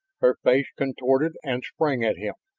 her face contorted, and sprang at him.